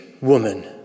woman